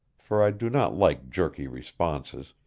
for i do not like jerky responses,